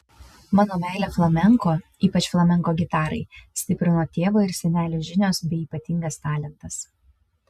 mano meilę flamenko ypač flamenko gitarai stiprino tėvo ir senelio žinios bei ypatingas talentas